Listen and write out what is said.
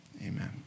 Amen